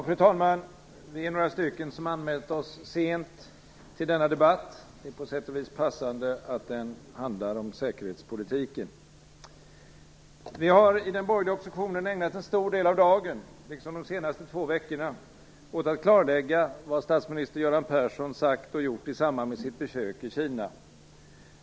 Fru talman! Vi är några stycken som har anmält oss sent till denna debatt. På sätt och vis är det passande att den handlar om säkerhetspolitiken. Vi i den borgerliga oppositionen har ägnat en stor del av dagen, liksom av de senaste två veckorna, åt att klarlägga vad statsminister Göran Persson sagt och gjort i samband med sitt besök i Kina.